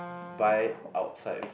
buy outside f~